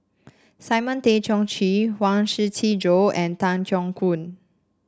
Simon Tay Seong Chee Huang Shiqi Joan and Tan Keong Choon